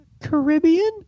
Caribbean